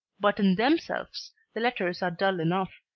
but in themselves the letters are dull enough.